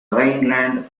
rhineland